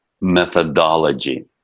methodology